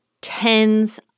tens